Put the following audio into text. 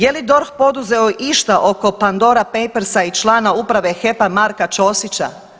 Je li DORH poduzeo išta od Pandora Papersa i člana uprave HEP-a Marka Ćosića?